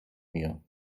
mir